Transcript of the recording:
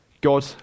God